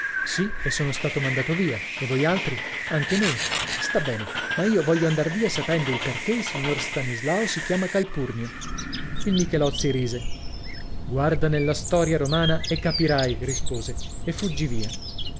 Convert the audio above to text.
sì e sono stato mandato via e voialtri anche noi sta bene ma io voglio andar via sapendo il perché il signor stanislao si chiama calpurnio il michelozzi rise guarda nella storia romana e capirai rispose e fuggì via